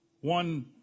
one